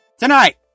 Tonight